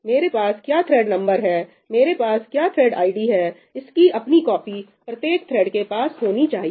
मेरे पास क्या थ्रेड नंबर है मेरे पास क्या थ्रेड आईडी है इसकी अपनी कॉपी प्रत्येक थ्रेड के पास होनी चाहिए